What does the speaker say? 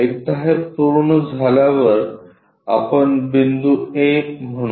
एकदा हे पूर्ण केल्यावर आपण बिंदू a म्हणू